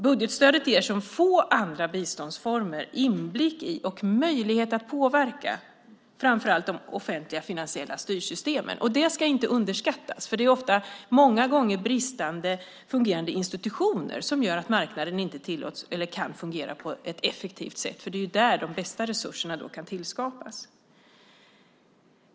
Budgetstödet ger som få andra biståndsformer inblick i och möjlighet att påverka framför allt de offentliga finansiella styrsystemen. Det ska inte underskattas. Det är många gånger bristande fungerande institutioner som gör att marknaden inte tillåts eller kan fungera på ett effektivt sätt. Det är ju där de bästa resurserna kan skapas.